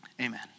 amen